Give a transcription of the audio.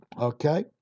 okay